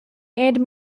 and